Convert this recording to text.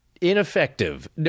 ineffective